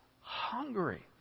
hungry